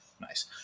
Nice